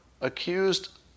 accused